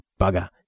Bugger